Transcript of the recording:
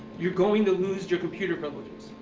you're going to lose your computer privileges.